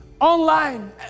online